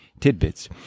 tidbits